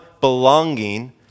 belonging